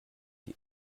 die